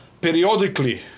periodically